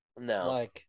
No